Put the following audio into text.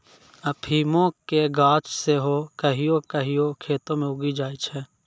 अफीमो के गाछ सेहो कहियो कहियो खेतो मे उगी जाय छै